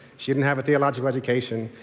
she didn't have a theological education.